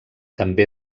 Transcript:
també